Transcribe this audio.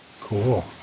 cool